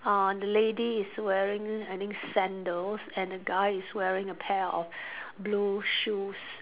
uh the lady is wearing I think sandals and the guy is wearing a pair of blue shoes